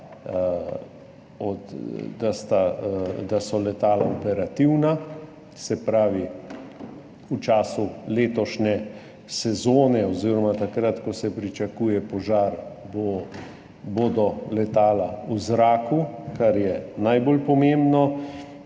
da so letala operativna, se pravi v času letošnje sezone oziroma takrat, ko se pričakuje požar, bodo letala v zraku, kar je najbolj pomembno.